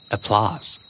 Applause